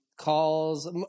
calls